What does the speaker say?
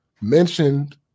mentioned